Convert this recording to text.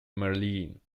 marlene